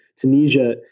Tunisia